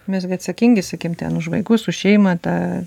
mes gi atsakingi sakykim ten už vaikus už šeimą tą